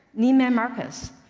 nieman marcus.